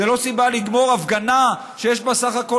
זו לא סיבה לגמור הפגנה שיש בה סך הכול